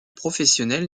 professionnelle